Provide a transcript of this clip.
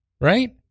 right